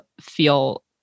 feel